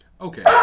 Okay